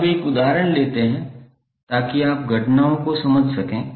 अब एक उदाहरण लेते हैं ताकि आप घटनाओं को समझ सकें